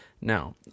Now